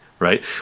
Right